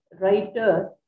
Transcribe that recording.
writer